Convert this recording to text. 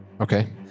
Okay